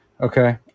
okay